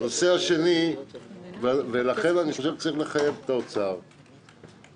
ולכן אני חושב שצריך לחייב את האוצר לוותר